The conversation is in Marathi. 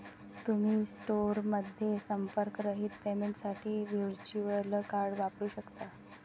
तुम्ही स्टोअरमध्ये संपर्करहित पेमेंटसाठी व्हर्च्युअल कार्ड वापरू शकता